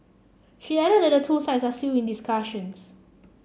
she added that the two sides are still in discussions